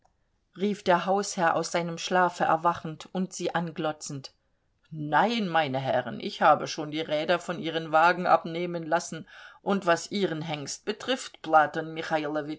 rief der hausherr aus seinem schlafe erwachend und sie anglotzend nein meine herren ich habe schon die räder von ihren wagen abnehmen lassen und was ihren hengst betrifft platon